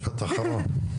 מבקש.